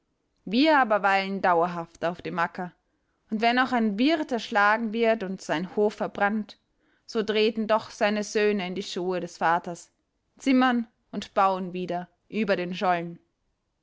wir aber weilen dauerhaft auf dem acker und wenn auch ein wirt erschlagen wird und sein hof verbrannt so treten doch seine söhne in die schuhe des vaters zimmern und bauen wieder über den schollen